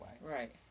Right